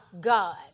God